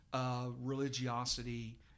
religiosity